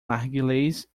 narguilés